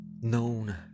known